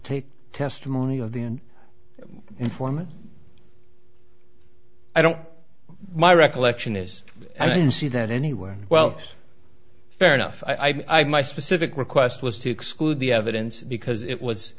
take testimony of the an informant i don't my recollection is i don't see that anywhere well fair enough i've my specific request was to exclude the evidence because it was